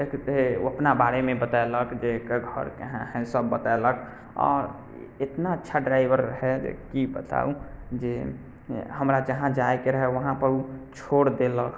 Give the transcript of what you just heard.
ओ अपना बारेमे बतेलक जे एकर घर कहाँ हइ सब बतेलक आओर एतना अच्छा ड्राइवर रहै जे कि बताउ जे हमरा जहाँ जाइके रहै वहाँपर ओ छोड़ि देलक